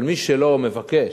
אבל מי שלא מבקש,